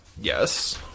Yes